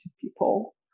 people